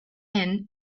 inn